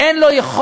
אין לו יכולת,